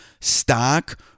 stock